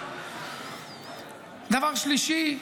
דבר שלישי,